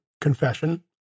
confession